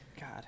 God